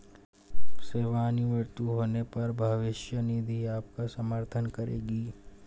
सेवानिवृत्त होने पर भविष्य निधि आपका समर्थन करेगी